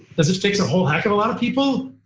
does it fix a whole heck of a lot of people?